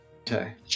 Okay